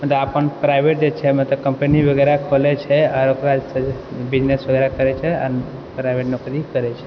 मतलब अपन प्राइवेटे जे छै मतलब कम्पनी वगैरह खोलय छै आओर ओकरा से बिजनेस वगैरह करय छै आओर प्राइवेट नौकरी करय छै